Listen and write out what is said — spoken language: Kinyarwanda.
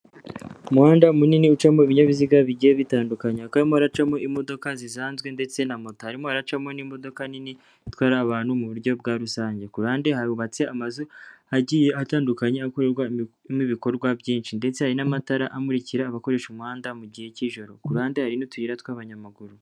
Umuhanda munini ucamo ibinyabiziga bigiye bitandukanye hakaba harimo haracamo imodoka zisanzwe ndetse na moto, harimo haracamo n'imodoka nini itwara abantu mu buryo bwa rusange. Ku ruhande hubatse amazu agiye atandukanye akorerwamo ibikorwa byinshi ndetse hari n'amatara amurikira abakoresha umuhanda mu gihe cy'ijoro. Ku ruhande hari n'utuyira tw'abanyamaguru.